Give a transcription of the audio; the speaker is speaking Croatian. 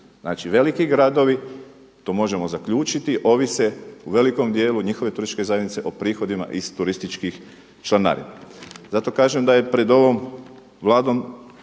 Znači veliki gradovi tu možemo zaključiti ovise u velikom djelu od njihove turističke zajednice o prihodima iz turističkih članarina. Zato kažem da je pred ovom Vladom